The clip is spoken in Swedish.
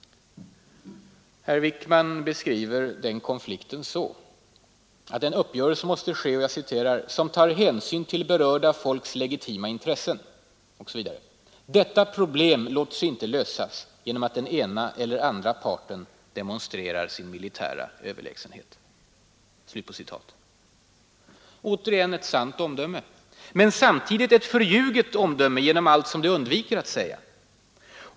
Herr Wickman beskriver den konflikten så att en uppgörelse måste ske ”som tar hänsyn till alla berörda folks legitima intressen ———. Detta låter sig inte lösas genom att den ena eller andra parten demonstrerar sin militära överlägsenhet.” Återigen ett sant omdöme som samtidigt är förljuget genom allt som det undviker att säga.